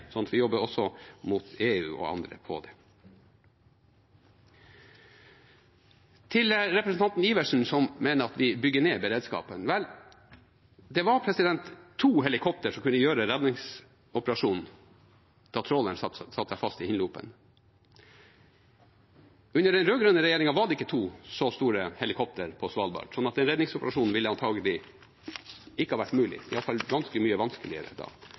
vi jobber også opp mot EU og andre på det feltet. Til representanten Iversen, som mener at vi bygger ned beredskapen: Det var to helikoptre som kunne gjøre redningsoperasjonen da tråleren satte seg fast i Hinlopen. Under den rød-grønne regjeringen var det ikke to så store helikoptre på Svalbard, så den redningsoperasjonen ville antagelig ikke vært mulig, i alle fall ganske mye vanskeligere da.